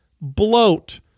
bloat